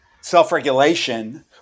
self-regulation